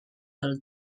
del